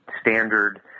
standard